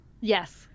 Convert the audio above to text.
yes